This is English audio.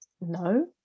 no